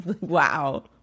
Wow